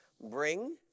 Bring